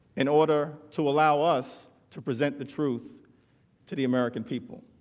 in order to allow us to present the truth to the american people.